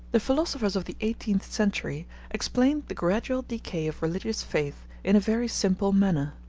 the philosophers of the eighteenth century explained the gradual decay of religious faith in a very simple manner.